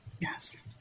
Yes